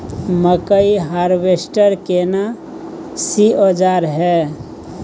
मकई हारवेस्टर केना सी औजार हय?